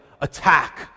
attack